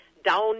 Down